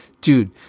dude